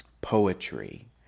poetry